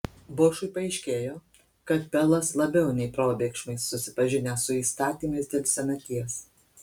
bošui paaiškėjo kad pelas labiau nei probėgšmais susipažinęs su įstatymais dėl senaties